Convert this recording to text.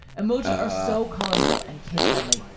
emoji are so colorful and kid friendly.